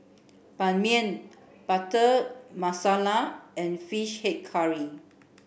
Ban Mian Butter Masala and Fish Head Curry